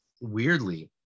weirdly